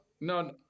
No